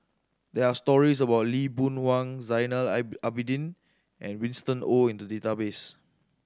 there are stories about Lee Boon Wang Zainal Abidin and Winston Oh in the database